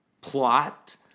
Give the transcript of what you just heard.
plot